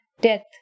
Death